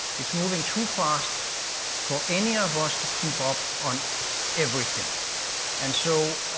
it's moving too fast for any of us to keep up on everything and so.